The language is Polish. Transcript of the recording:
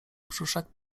brzuszek